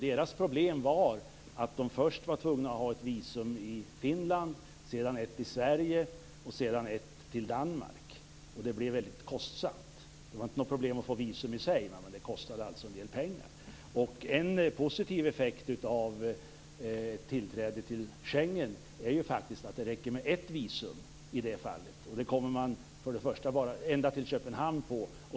Deras problem var att de först var tvungna att ha ett visum till Finland, sedan ett till Sverige och sedan ett till Danmark. Det blev väldigt kostsamt. Det var inga problem att få visum i och för sig, men det kostade alltså en del pengar. En positiv effekt av tillträdet till Schengen är ju faktiskt att det räcker med ett visum i det fallet. Det kommer man till att börja med ända till Köpenhamn på.